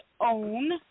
own